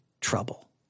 trouble